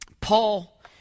Paul